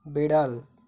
বেড়াল